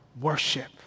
worship